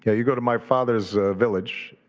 yeah you go to my father's village,